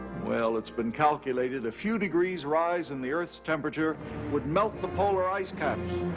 well, it's been calculated a few degrees rise in the earth's temperature would melt the polar ice caps.